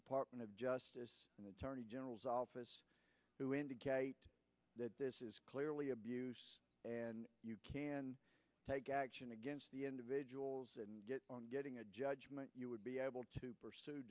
department of justice and attorney general's office to indicate that this is clearly abuse and you can take action against the individuals and on getting a judgment you would be able to